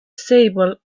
sable